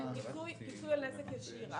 זה פיצוי על נזק ישיר.